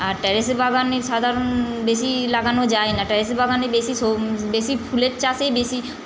আর terrace বাগানে সাধারণ বেশি লাগানো যায় না টেরেস বাগানে বেশি শো বেশি ফুলের চাষেই বেশি